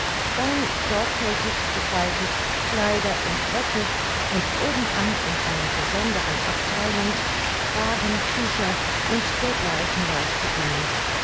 dann sorgfältig gefaltet kleider und röcke und obenan in einer besonderen abtheilung kragen tücher und dergleichen leichte dinge